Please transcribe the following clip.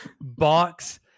box